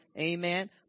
Amen